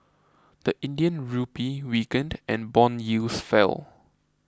the Indian Rupee weakened and bond yields fell